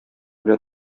белән